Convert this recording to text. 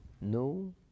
no